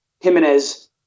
Jimenez